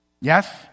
Yes